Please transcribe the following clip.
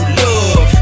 love